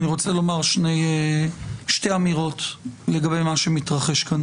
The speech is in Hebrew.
אני רוצה לומר שתי אמירות לגבי מה שמתרחש כאן: